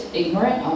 ignorant